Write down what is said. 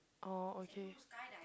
oh okay